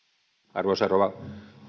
arvoisa rouva